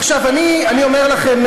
עכשיו אני אומר לכם,